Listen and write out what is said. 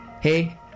Hey